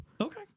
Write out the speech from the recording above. Okay